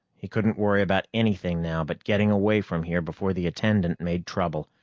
he couldn't worry about anything now but getting away from here before the attendant made trouble.